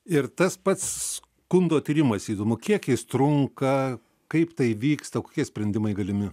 ir tas pats skundo tyrimas įdomu kiek jis trunka kaip tai vyksta kokie sprendimai galimi